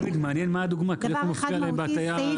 מעניין מה הדוגמה, נראה מה מפריע להם בהטעיה.